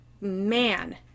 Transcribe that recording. man